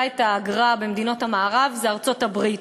את האגרה במדינות המערב זאת ארצות-הברית.